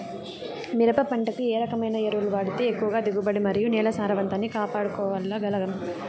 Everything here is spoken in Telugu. మిరప పంట కు ఏ రకమైన ఎరువులు వాడితే ఎక్కువగా దిగుబడి మరియు నేల సారవంతాన్ని కాపాడుకోవాల్ల గలం?